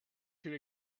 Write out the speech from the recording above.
too